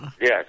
Yes